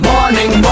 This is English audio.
Morning